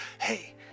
hey